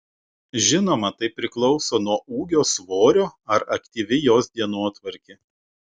žinoma tai priklauso nuo ūgio svorio ar aktyvi jos dienotvarkė